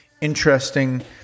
interesting